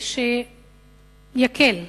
שיקל,